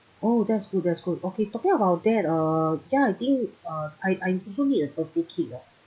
oh that's good that's good okay talking about that uh ya I think uh I I also need a birthday cake ah